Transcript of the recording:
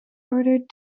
ordered